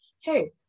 hey